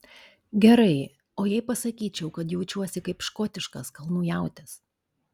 gerai o jei pasakyčiau kad jaučiuosi kaip škotiškas kalnų jautis